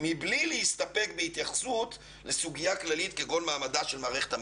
מבלי להסתפק בהתייחסות לסוגיה כללית כגון מעמדה של מערכת המשפט".